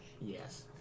Yes